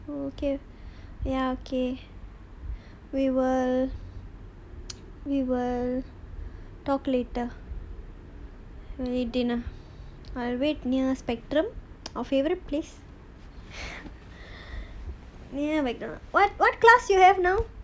okay ya okay we will talk late when we eat dinner I will wait near spectrum our favourite place near where the what what what class you have now